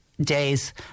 days